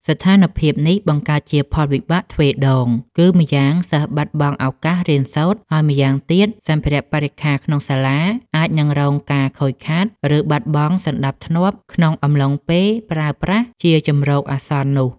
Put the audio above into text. ស្ថានភាពនេះបង្កើតជាផលវិបាកទ្វេដង គឺម្យ៉ាងសិស្សបាត់បង់ឱកាសរៀនសូត្រ ហើយម្យ៉ាងទៀតសម្ភារៈបរិក្ខារក្នុងសាលាអាចនឹងរងការខូចខាត ឬបាត់បង់សណ្តាប់ធ្នាប់ក្នុងអំឡុងពេលប្រើប្រាស់ជាជម្រកអាសន្ននោះ។